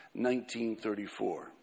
19.34